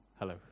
Hello